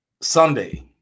Sunday